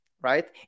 right